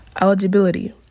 Eligibility